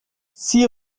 six